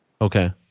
Okay